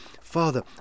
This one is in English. Father